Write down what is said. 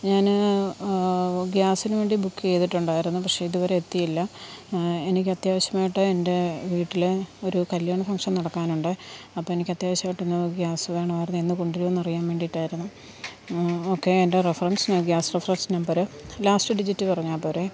ഞാന് ഗ്യാസിനുവേണ്ടി ബുക്കിയ്തിട്ടുണ്ടായിരുന്നു പക്ഷേ ഇതുവരെ എത്തിയില്ല എനിക്കത്യാവശ്യമായിട്ട് എന്റെ വീട്ടില് ഒരു കല്യാണ ഫങ്ങ്ഷന് നടക്കാനുണ്ട് അപ്പോള് എനിക്കത്യാവശ്യമായിട്ടൊന്ന് ഗ്യാസ് വേണമായിരുന്നു എന്ന് കൊണ്ടുവരുമെന്ന് അറിയാന് വേണ്ടിയിട്ടായിരിന്നു ഓക്കെ എന്റെ reference gas reference number last digit പറഞ്ഞാല്പ്പോരേ